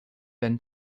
been